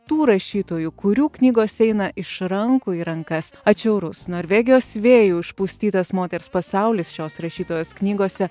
tų rašytojų kurių knygos eina iš rankų į rankas atšiaurus norvegijos vėjų išpustytas moters pasaulis šios rašytojos knygose